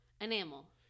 Enamel